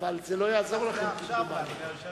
אבל זה לא יעזור לכם, כמדומני.